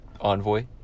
envoy